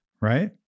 right